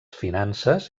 finances